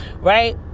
right